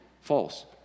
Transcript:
False